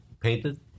painted